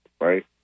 right